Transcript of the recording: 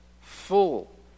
full